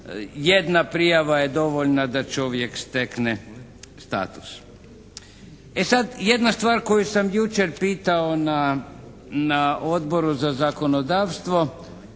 jedna prijava je dovoljna da čovjek stekne status. E sad, jedna stvar koju sam jučer pitao na Odboru za zakonodavstvo.